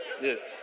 Yes